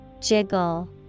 Jiggle